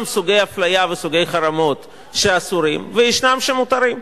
סוגי אפליה וסוגי חרמות שאסורים וישנם שמותרים.